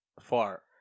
far